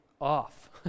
off